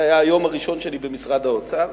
זה היה היום הראשון שלי במשרד האוצר.